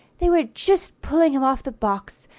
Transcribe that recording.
they were just pulling him off the box,